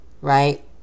right